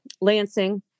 Lansing